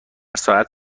ساعت